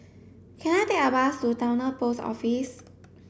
can I take a bus to Towner Post Office